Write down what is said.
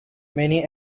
many